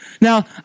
Now